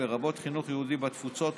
לרבות חינוך יהודי בתפוצות,